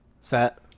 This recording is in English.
set